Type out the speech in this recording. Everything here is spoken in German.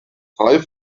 drei